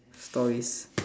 stories